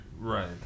Right